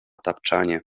tapczanie